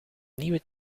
nieuwe